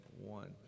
one